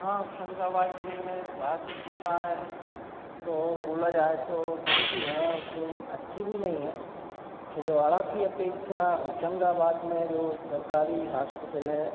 हाँ होशंगाबाद जिले में स्वास्थ्य सुविधाएं मतलब तो ठीक ही है अच्छी भी नहीं है छिंदवाड़ा की अपेक्षा होशंगाबाद में जो सरकारी हॉस्पिटल है